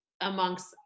amongst